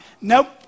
Nope